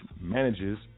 manages